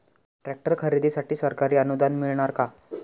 Tractor खरेदीसाठी सरकारी अनुदान मिळणार का?